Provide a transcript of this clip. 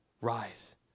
Rise